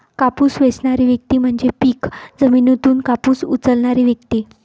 कापूस वेचणारी व्यक्ती म्हणजे पीक जमिनीतून कापूस उचलणारी व्यक्ती